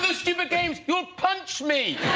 so stupid games you'll punch me.